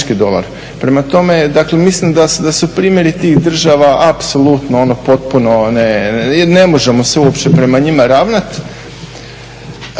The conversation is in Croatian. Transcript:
Prema tome, mislim da su primjeri tih država apsolutno potpuno, ne možemo se uopće prema njima ravnati.